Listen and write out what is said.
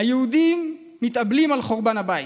היהודים מתאבלים על חורבן הבית.